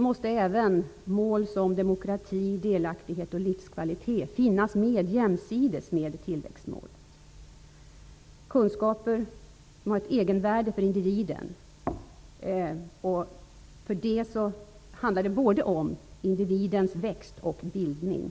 måste även mål som demokrati, delaktighet och livskvalitet finnas med jämsides med tillväxtmålet, kunskaper som har ett egenvärde för individen. Därför handlar det både om individens växt och bildning.